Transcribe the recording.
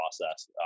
process